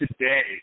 today